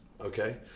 okay